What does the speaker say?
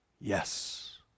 Yes